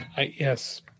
Yes